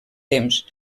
temps